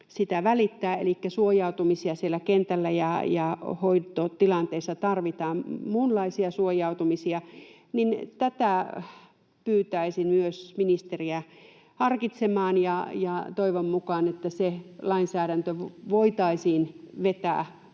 elikkä siellä kentällä ja hoitotilanteissa tarvitaan muunlaisia suojautumisia. Tätä pyytäisin myös ministeriä harkitsemaan, ja toivon mukaan se lainsäädäntö voitaisiin vetää